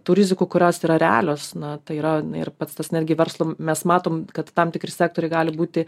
tų rizikų kurios yra realios na tai yra ir pats tas netgi verslui mes matom kad tam tikri sektoriai gali būti